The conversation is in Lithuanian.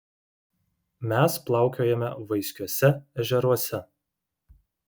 mes plaukiojame vaiskiuose ežeruose